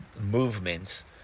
movements